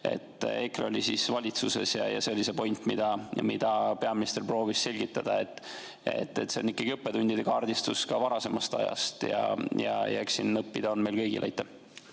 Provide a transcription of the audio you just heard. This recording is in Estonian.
EKRE oli siis valitsuses. See oli see point, mida peaminister proovis selgitada, et see on ikkagi õppetundide kaardistus ka varasemast ajast ja eks siit õppida on meil kõigil.